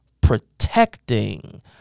protecting